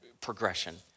progression